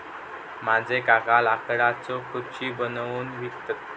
माझे काका लाकडाच्यो खुर्ची बनवून विकतत